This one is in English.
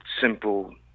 simple